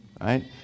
Right